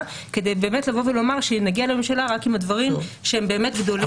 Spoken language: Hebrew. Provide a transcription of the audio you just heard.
כדי לומר שנגיע לממשלה רק עם הדברים שהם באמת גדולים.